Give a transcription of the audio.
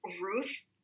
Ruth